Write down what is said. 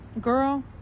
girl